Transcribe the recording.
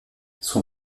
son